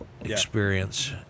experience